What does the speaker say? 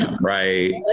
Right